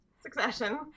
Succession